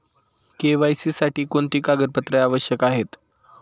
KYC साठी कोणती कागदपत्रे आवश्यक आहेत?